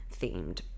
themed